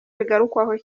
bigarukwaho